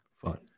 Fun